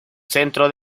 centro